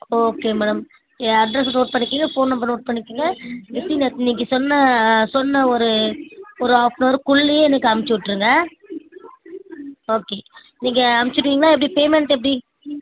okay madam என் அட்ரெஸ்ஸை note பண்ணிக்கங்க ஃபோன் நம்பரை நோட் பண்ணிக்கங்க வித் இன் எ நீங்கள் சொன்ன சொன்ன ஒரு ஒரு ஆஃப் அன் ஹவர்க்குள்ளையே எனக்கு அனுப்பிச்சு விட்டுருங்க ஓகே நீங்கள் அமுச்சுடுவீங்களா எப்படி பேமண்ட் எப்படி